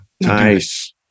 Nice